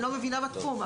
אני לא מבינה בתחום,